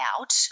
out